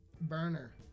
Burner